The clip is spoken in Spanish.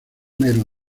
mero